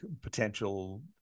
potential